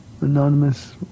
anonymous